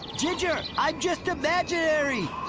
ginger, i'm just imaginary!